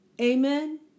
Amen